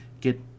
get